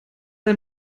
ein